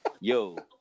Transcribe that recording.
yo